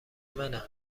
منه